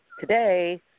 today